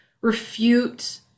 refute